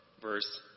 verse